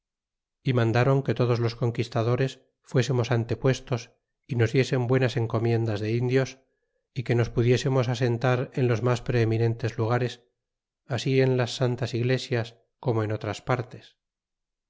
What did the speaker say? y laudaron que todos los conquistadores fuésemos antepuestos y nos diesen buenas encomiendas de indios y que en los mas preeminentes lugares asi en las santas iglesias como en otras partes